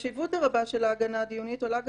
החשיבות הרבה של ההגנה הדיונית עולה גם